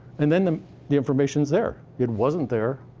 and then the information's there. it wasn't there,